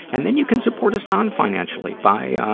and then you can support us non-financially by, um,